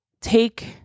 take